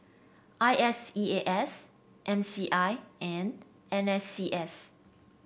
I S E A S M C I and N S C S